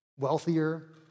wealthier